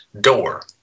door